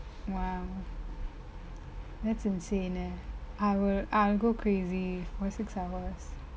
!wow! that's insane I'll I'll go crazy for six hours